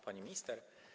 Pani Minister!